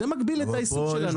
זה מגביל את העיסוק שלנו.